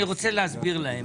אני רוצה להסביר להם.